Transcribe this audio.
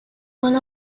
one